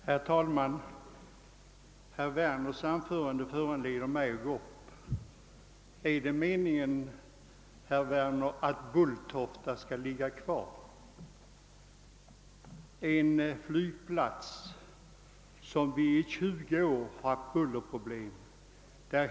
Herr talman! Herr Werners anförande föranleder mig att ta till orda. Är det meningen, herr Werner, att flygplatsen vid Bulltofta skall finnas kvar? Denna flygplats har nu i 20 år medfört bullerproblem.